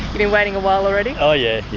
been waiting a while already? oh yeah,